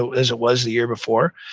so as it was the year before.